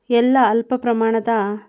ಎಲ್ಲ ಅಲ್ಪ ಪ್ರಮಾಣದ